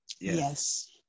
Yes